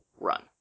run